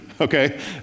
okay